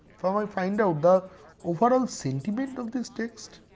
i find out the overall sentiment of this text